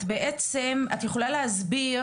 את יכולה להסביר,